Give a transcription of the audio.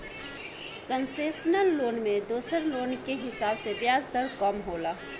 concessional loan में दोसर loan के हिसाब से ब्याज दर कम होला